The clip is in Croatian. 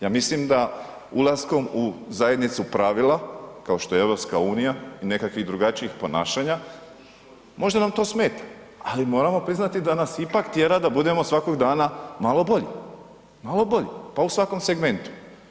Ja mislim da ulaskom u zajednicu pravila kao što je EU i nekakvih drugačijih ponašanja možda nam to smeta ali moramo priznati da nas ipak tjera da budemo svakog dana malo bolji, malo bolji, pa u svakom segmentu.